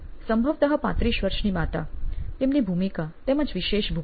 સંભવતઃ 35 વર્ષની માતા તેમની ભૂમિકા તેમજ વિશેષ ભૂગોળ